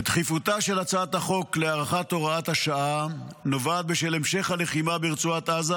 דחיפותה של הצעת החוק להארכת הוראת השעה נובעת מהמשך הלחימה ברצועת עזה